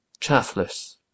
chaffless